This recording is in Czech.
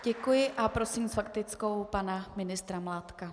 Děkuji a prosím s faktickou pana ministra Mládka.